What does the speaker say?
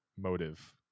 motive